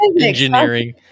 engineering